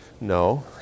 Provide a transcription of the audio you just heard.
No